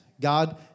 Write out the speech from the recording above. God